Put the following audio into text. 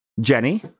Jenny